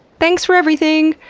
thanks for everything!